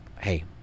Hey